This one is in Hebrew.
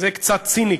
זה קצת ציני,